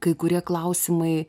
kai kurie klausimai